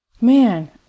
Man